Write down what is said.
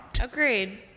Agreed